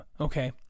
Okay